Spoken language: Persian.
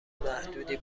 محدودی